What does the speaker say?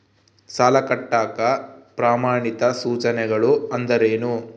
ಸಾಲ ಕಟ್ಟಾಕ ಪ್ರಮಾಣಿತ ಸೂಚನೆಗಳು ಅಂದರೇನು?